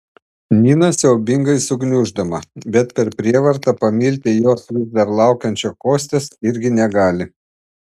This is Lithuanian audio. nina siaubingai sugniuždoma bet per prievartą pamilti jos vis dar laukiančio kostios irgi negali